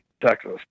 texas